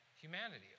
humanity